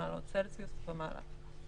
המקיימים פעילות חינוך ולעניין העובדים והשוהים בהם.